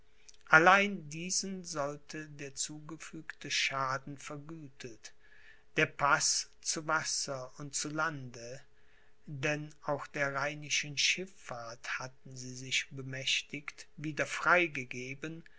allen diesen sollte der zugefügte schaden vergütet der paß zu wasser und zu lande denn auch der rheinischen schifffahrt hatten sie sich bemächtigt wieder